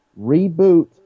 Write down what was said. reboot